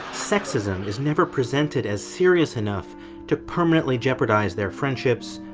sexism is never presented as serious enough to permanently jeopardize their friendships,